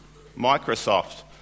Microsoft